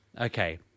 Okay